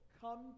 come